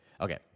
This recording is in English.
Okay